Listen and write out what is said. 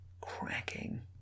cracking